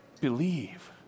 believe